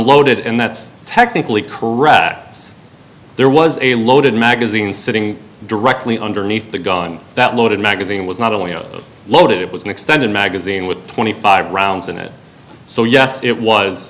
unloaded and that's technically correct yes there was a loaded magazine sitting directly underneath the gun that loaded magazine was not only loaded it was an extended magazine with twenty five rounds in it so yes it was